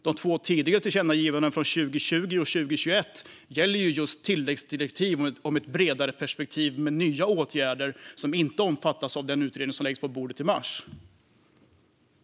Dessa två tidigare tillkännagivanden från 2020 och 2021 gäller just tilläggsdirektiv om ett bredare perspektiv med nya åtgärder som inte omfattas av den utredning som läggs på bordet i mars.